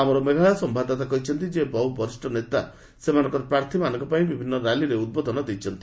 ଆମର ମେଘାଳୟ ସମ୍ଭାଦଦାତା କହିଛନ୍ତି ଯେ ବହୁ ବରିଷ୍ଣ ନେତା ସେମାନଙ୍କର ପ୍ରାର୍ଥୀମାନଙ୍କ ପାଇଁ ବିଭିନ୍ନ ର୍ୟାଲିରେ ଉଦ୍ବୋଧନ ଦେଇଛନ୍ତି